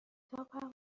تاپم